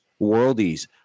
worldies